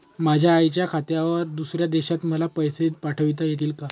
माझ्या आईच्या खात्यावर दुसऱ्या देशात मला पैसे पाठविता येतील का?